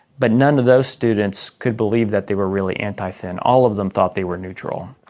but none of those students could believe that they were really anti-thin, all of them thought they were neutral.